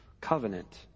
covenant